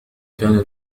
كان